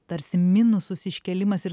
tarsi minusus iškėlimas ir